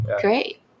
Great